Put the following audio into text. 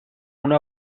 una